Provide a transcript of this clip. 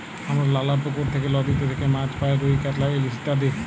হামরা লালা পুকুর থেক্যে, লদীতে থেক্যে মাছ পাই রুই, কাতলা, ইলিশ ইত্যাদি